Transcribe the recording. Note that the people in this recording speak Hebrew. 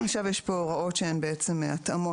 " עכשיו יש פה הוראות שהן בעצם התאמות